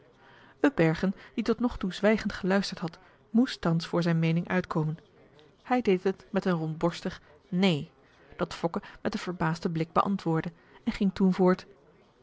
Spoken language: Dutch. die tot nog toe zwijgend geluisterd had moest thans voor zijn meening uitkomen hij deed het met een rondborstig neen dat fokke met een verbaasden blik beantwoordde en ging toen voort